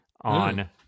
on